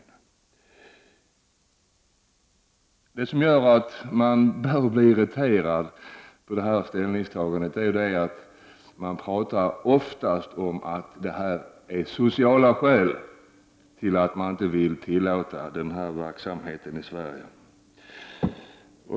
Vad som irriterar mig är att det oftast anförs sociala skäl mot att tillåta verksamheten i Sverige.